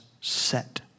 set